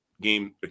game